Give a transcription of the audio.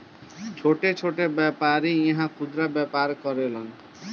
छोट छोट व्यापारी इहा खुदरा व्यापार करेलन